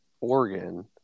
Oregon